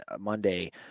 Monday